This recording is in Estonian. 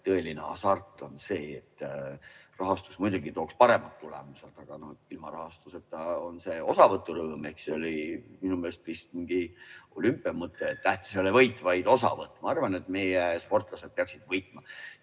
tõeline hasart. Rahastus muidugi tooks paremad tulemused, ilma rahastuseta on tal osavõturõõm. See on minu meelest vist mingi olümpiamõte, et tähtis ei ole võit, vaid osavõtt. Ma siiski arvan, et meie sportlased peaksid võitma.